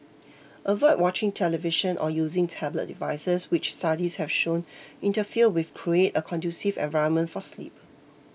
avoid watching television or using tablet devices which studies have shown interfere with create a conducive environment for sleep